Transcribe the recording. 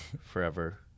forever